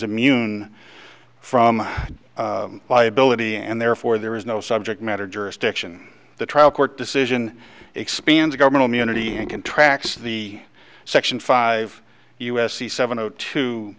immune from liability and therefore there is no subject matter jurisdiction the trial court decision expands government immunity and contracts the section five u s c seven zero two